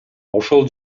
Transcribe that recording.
ошол